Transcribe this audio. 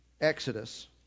Exodus